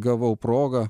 gavau progą